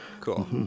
Cool